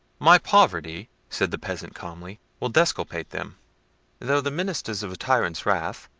my poverty, said the peasant calmly, will disculpate them though the ministers of a tyrant's wrath,